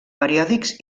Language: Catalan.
periòdics